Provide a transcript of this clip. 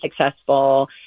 successful